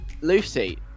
Lucy